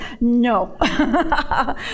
No